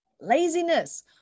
laziness